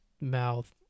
mouth